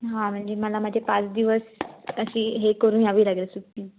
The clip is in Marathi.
हां म्हणजे मला माझे पाच दिवस तशी हे करून घ्यावी लागेल सुट्टी